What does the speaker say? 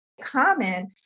common